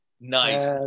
Nice